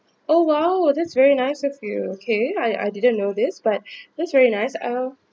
oh !wow! that's very nice serve you okay I I didn't know this but that's very nice oh